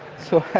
so